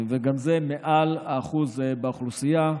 גם זה מעל האחוז באוכלוסייה,